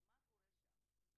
ומה קורה שם?